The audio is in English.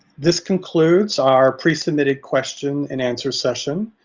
this concludes our pre-submitted question and answer session.